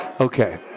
Okay